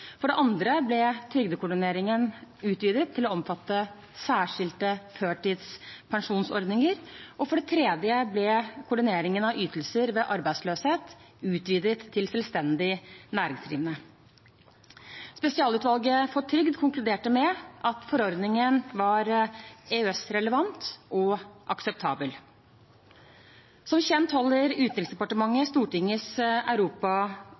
For det andre ble trygdekoordineringen utvidet til å omfatte særskilte førtidspensjonsordninger. For det tredje ble koordineringen av ytelser ved arbeidsløshet utvidet til selvstendig næringsdrivende. Spesialutvalget for trygd konkluderte med at forordningen var EØS-relevant og akseptabel. Som kjent holder